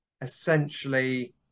essentially